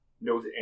knows